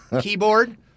keyboard